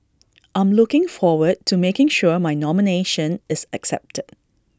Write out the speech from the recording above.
I'm looking forward to making sure my nomination is accepted